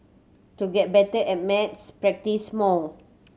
to get better at maths practise more